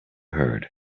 heard